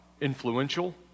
influential